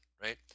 right